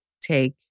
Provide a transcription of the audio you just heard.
take